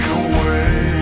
away